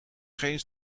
geen